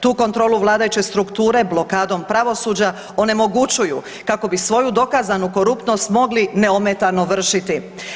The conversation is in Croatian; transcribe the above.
Tu kontrolu vladajuće strukture blokadom pravosuđa onemogućuju kako bi svoju dokazanu koruptnost mogli neometano vršiti.